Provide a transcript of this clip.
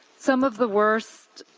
some of the worst